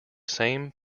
same